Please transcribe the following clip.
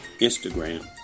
Instagram